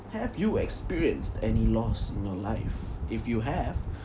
have you experienced any loss in your life if you have